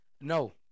No